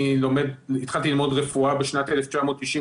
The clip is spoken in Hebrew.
התחלתי ללמוד רפואה בשנת 1995,